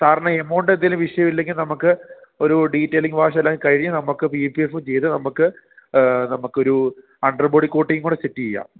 കാരണം എമൗണ്ടെന്തേലും വിഷയമില്ലെങ്കി നമക്ക് ഒരു ഡീറ്റൈലിങ് വാഷെല്ലാം കഴിഞ്ഞ് നമക്ക് പി പി എഫും ചെയ്ത് നമക്ക് നമക്കൊരൂ അണ്ടർബോഡി കോട്ടിങ്ങും കൂടെ സെറ്റെയ്യാം